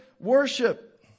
worship